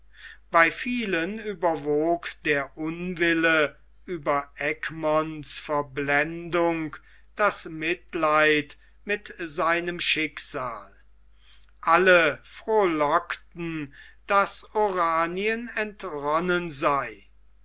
bei vielen überwog der unwille über egmonts verblendung das mitleid mit seinem schicksal alle frohlockten daß oranien entronnen sei